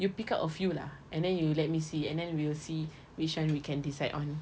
you pick out a few lah and then you let me see and then we will see which [one] we can decide on